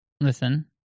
listen